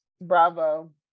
bravo